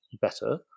better